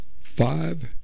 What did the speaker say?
five